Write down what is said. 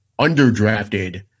underdrafted